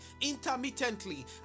intermittently